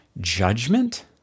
judgment